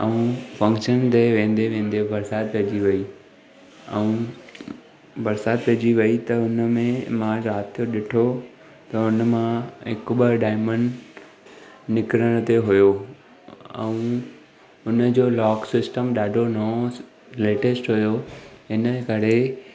ऐं फंक्शन ते वेंदे वेंदे बरसाति पइजी वई ऐं बरसाति पइजी वई त उन में मां राति जो ॾिठो त हुन मां हिकु ॿ डायमंड निकिरण ते हुओ ऐं हुन जो लॉक सिस्टम ॾाढो नओं लेटेस्ट हुओ इन जे करे